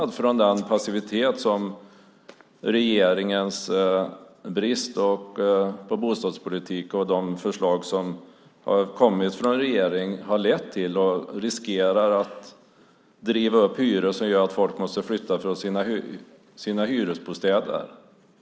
Regeringens passivitet och brist på bostadspolitik och de förslag som har kommit från regeringen riskerar att driva upp hyrorna så att folk får flytta från sina hyresbostäder.